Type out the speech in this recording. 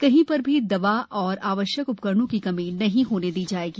कहीं र भी दवा व आवश्यक उ करणों की कमी नहीं होने दी जायेगी